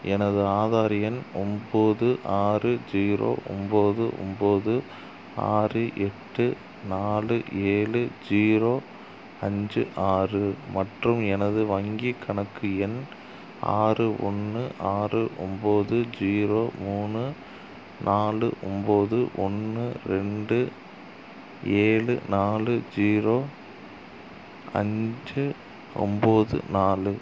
எனது ஆதார் எண் ஒம்பது ஆறு ஜீரோ ஒம்பது ஒம்பது ஆறு எட்டு நாலு ஏழு ஜீரோ அஞ்சு ஆறு மற்றும் எனது வங்கிக் கணக்கு எண் ஆறு ஒன்று ஆறு ஒம்பது ஜீரோ மூணு நாலு ஒம்பது ஒன்று ரெண்டு ஏழு நாலு ஜீரோ அஞ்சு ஒம்பது நாலு